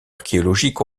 archéologiques